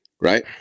right